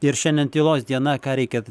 ir šiandien tylos diena ką reikėtų